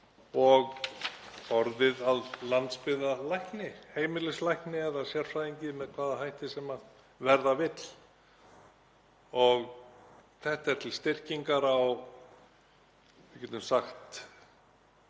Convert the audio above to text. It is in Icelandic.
og orðið að landsbyggðarlækni, heimilislækni eða sérfræðingi með hvaða hætti sem verða vill. Þetta er til styrkingar á, við getum sagt,